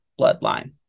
bloodline